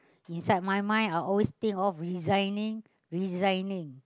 inside my mind I always think of resigning resigning